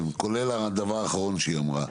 כן, כולל הדבר האחרון שהיא אמרה,